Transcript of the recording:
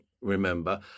remember